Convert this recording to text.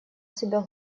себя